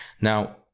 Now